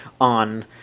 on